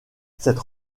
cette